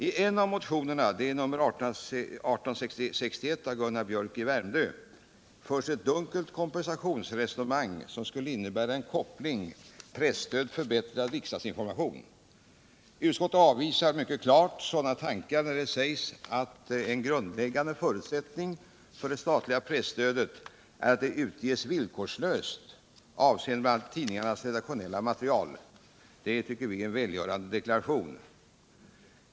I en av motionerna — nr 1861 av Gunnar Biörck i Värmdö -— förs ett dunkelt kompensationsresonemang som skulle innebära en koppling presstödförbättrad riksdagsinformation. Utskottet avvisar mycket klart sådana tankar när det sägs att ”en grundläggande förutsättning för det statliga presstödet är att det utges villkorslöst avseende bl.a. tidningarnas redaktionella material”. Detta är en välgörande deklaration.